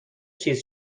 چیز